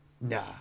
Nah